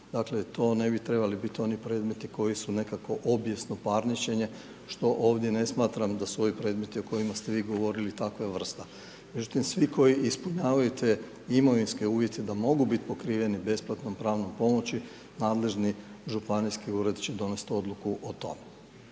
Dakle, to ne bi trebali biti oni predmeti koji su nekakvo obijesno parničenje što ovdje ne smatram da su ovi predmeti o kojima ste vi govorili takve vrste. Međutim svi koji ispunjavaju te imovinske uvjete da mogu biti pokriveni besplatnom pravnom pomoći nadležni županijski ured će donest odluku o tome,